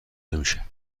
نمیشه